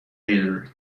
leader